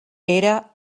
era